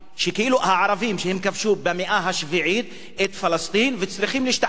שכאילו הערבים הם שכבשו במאה השביעית את פלסטין וצריכים להשתחרר,